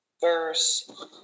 Verse